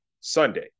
Sunday